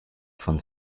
von